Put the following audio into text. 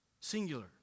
singular